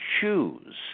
choose